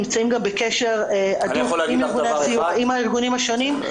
אנחנו נמצאים בקשר הדוק עם ארגוני הסיוע.